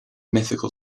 mythical